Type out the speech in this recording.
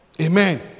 Amen